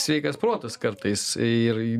sveikas protas kartais ir